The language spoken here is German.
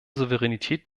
souveränität